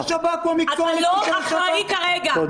ראש השב"כ הוא המקצוען ----- אתה לא אחראי כרגע -- תודה.